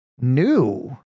new